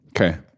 Okay